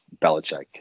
Belichick